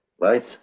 Right